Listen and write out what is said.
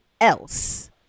else